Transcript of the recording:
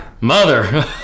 Mother